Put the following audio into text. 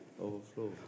Overflow